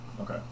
Okay